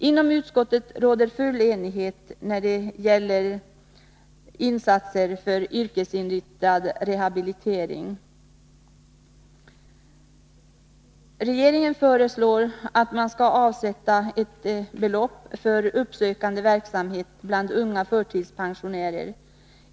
Inom utskottet råder full enighet när det gäller insatser för yrkesinriktad rehabilitering. Regeringen föreslår att man skall avsätta ett visst belopp för uppsökande verksamhet bland unga förtidspensionärer.